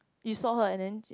you saw her and then